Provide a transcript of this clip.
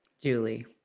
Julie